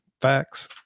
Facts